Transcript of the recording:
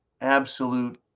absolute